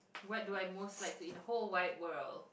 what do I most like to eat in the whole wide world